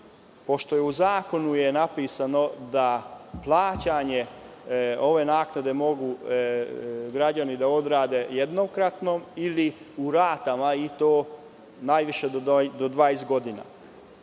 Pošto je u zakonu napisano da plaćanje ove naknade mogu građani da odrade jednokratno ili u ratama i to najviše do 20 godina,